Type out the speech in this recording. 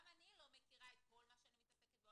גם אני לא מכירה את כל מה שאני מתעסקת בו.